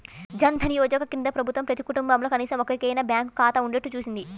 జన్ ధన్ యోజన కింద ప్రభుత్వం ప్రతి కుటుంబంలో కనీసం ఒక్కరికైనా బ్యాంకు ఖాతా ఉండేట్టు చూసింది